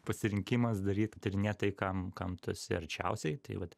pasirinkimas daryt tyrinėt tai kam kam tu esi arčiausiai tai vat